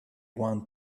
want